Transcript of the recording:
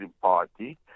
party